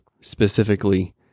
specifically